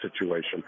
situation